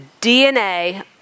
DNA